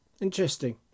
interesting